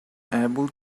able